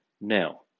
Now